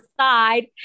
side